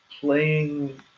playing